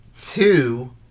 Two